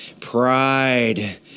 Pride